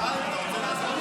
הוא עלה וירד.